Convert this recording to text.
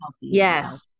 Yes